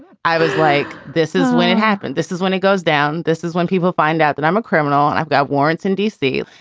i was like, this is when it happened. this is when it goes down. this is when people find out that i'm a criminal and i've got warrants in d c.